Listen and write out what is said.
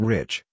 Rich